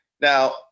Now